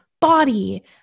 body